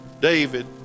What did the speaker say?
David